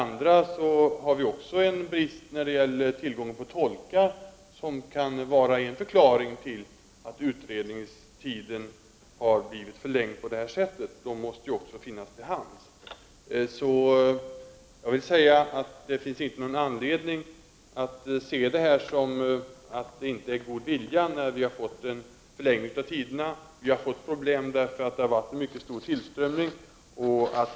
Vi har vidare en bristande tillgång på tolkar, vilket kan vara en del av förklaringen till att utredningarna blivit förlängda på detta sätt. Tolkar måste ju finnas till hands vid utredningarna. Jag vill påstå att det inte är brist på god vilja som gjort att vi fått dessa förlängningar av handläggningstiderna. Problemen har uppstått på grund av att det varit en mycket stor tillströmning.